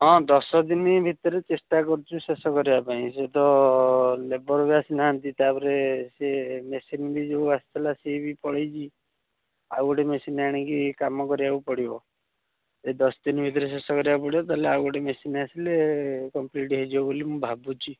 ହଁ ଦଶ ଦିନ ଭିତରେ ଚେଷ୍ଟା କରୁଛି ଶେଷ କରିବା ପାଇଁ ସେ ତ ଲେବର୍ ବି ଆସିନାହାନ୍ତି ତା'ପରେ ସେ ମେସିନ୍ ବି ଯେଉଁ ଆସିଥିଲା ସେ ବି ପଳାଇଛି ଆଉ ଗୋଟେ ମେସିନ୍ ଆଣିକି କାମ କରିବାକୁ ପଡ଼ିବ ଏଇ ଦଶ ଦିନ ଭିତରେ ଶେଷ କରିବାକୁ ପଡ଼ିବ ତା'ହେଲେ ଆଉ ଗୋଟେ ମେସିନ୍ ଆସିଲେ କମ୍ପ୍ଲିଟ୍ ହୋଇଯିବ ବୋଲି ମୁଁ ଭାବୁଛି